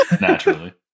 Naturally